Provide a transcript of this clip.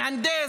מהנדס,